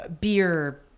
beer